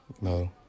No